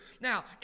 Now